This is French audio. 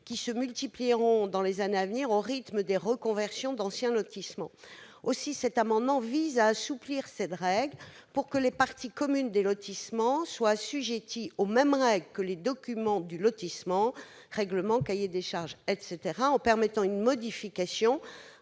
qui se multiplieront dans les années à venir, au rythme des reconversions d'anciens lotissements. Cet amendement vise donc à assouplir cette règle pour que les parties communes des lotissements soient assujetties aux mêmes règles que les documents du lotissement- règlement, cahier des charges, etc. -en permettant une modification